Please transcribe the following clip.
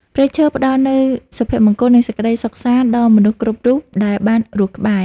ព្រៃឈើផ្តល់នូវសុភមង្គល និងសេចក្តីសុខសាន្តដល់មនុស្សគ្រប់រូបដែលបានរស់ក្បែរ។